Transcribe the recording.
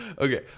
Okay